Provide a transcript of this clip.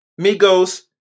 Migos